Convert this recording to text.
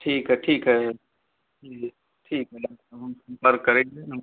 ठीक है ठीक है ठीक है तो हम संपर्क करेंगे हम